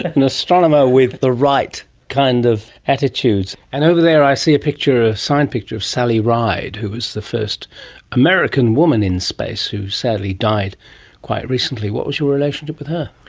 an astronomer with the right kind of attitude. and over there i see a ah signed picture of sally ride, who was the first american woman in space who sadly died quite recently. what was your relationship with her?